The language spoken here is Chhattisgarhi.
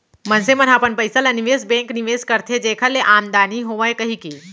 मनसे मन ह अपन पइसा ल निवेस बेंक निवेस करथे जेखर ले आमदानी होवय कहिके